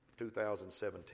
2017